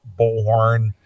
bullhorn